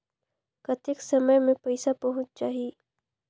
कतेक समय मे पइसा पहुंच जाही?